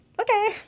okay